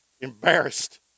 embarrassed